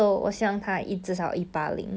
it's that hard to get in singapore